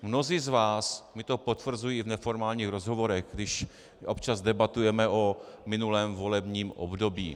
Mnozí z vás mi to potvrzují i v neformálních rozhovorech, když občas debatujeme o minulém volebním období.